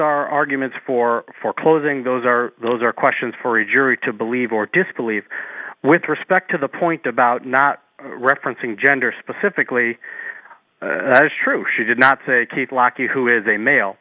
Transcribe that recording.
are arguments for foreclosing those are those are questions for a jury to believe or disbelieve with respect to the point about not referencing gender specifically that is true she did not say kate lackey who is a male